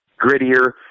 grittier